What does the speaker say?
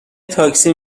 تاکسی